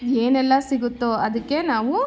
ಏನೆಲ್ಲ ಸಿಗುತ್ತೋ ಅದಕ್ಕೆ ನಾವು